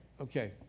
Okay